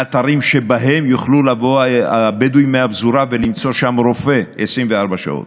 האתרים שבהם יוכלו לבוא הבדואים מהפזורה ולמצוא שם רופא 24 שעות,